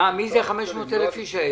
מי זה 500,000 איש האלה?